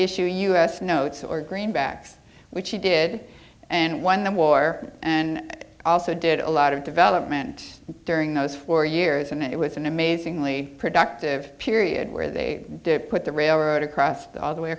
issue us notes or greenbacks which he did and won the war and also did a lot of development during those four years and it was an amazingly productive period where they did put the railroad across all the way